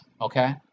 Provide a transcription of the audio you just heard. Okay